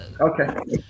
okay